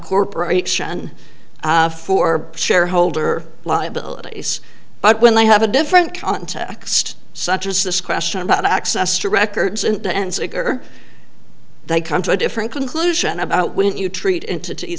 corporation for shareholder liabilities but when they have a different context such as this question about access to records in the end sigur they come to a different conclusion about when you treat him to